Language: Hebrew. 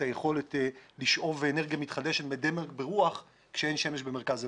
היכולת לשאוב אנרגיה מתחדשת ברוח כשאין שמש במרכז אירופה.